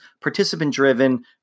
participant-driven